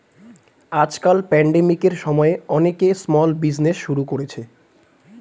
আজকাল প্যান্ডেমিকের সময়ে অনেকে স্মল বিজনেজ শুরু করেছে